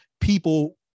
people